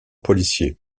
policiers